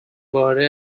باره